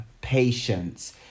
patience